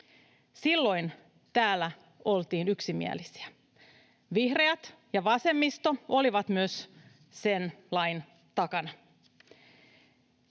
Silloin täällä oltiin yksimielisiä, myös vihreät ja vasemmisto olivat sen lain takana.